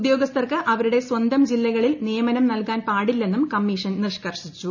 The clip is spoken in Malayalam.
ഉദ്യോഗസ്ഥർക്ക് അവരുടെ സ്വന്തം ജില്ലകളിൽ നിയമനം നൽകാൻ പാടില്ലെന്നും കമ്മീഷൻ നിഷ് കർഷിച്ചു